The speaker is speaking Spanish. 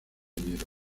enero